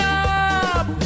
up